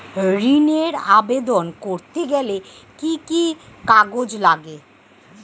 ঋণের আবেদন করতে গেলে কি কি কাগজ লাগে?